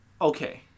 Okay